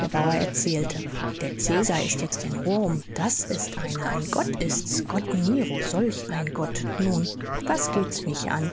der bauer erzählte der cäsar ist jetzt in rom das ist einer ein gott ist's gott nero solch ein gott nun was geht's mich an